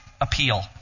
appeal